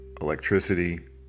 electricity